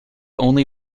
only